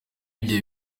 igihe